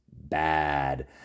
bad